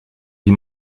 wie